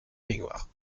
baignoire